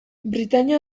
britainia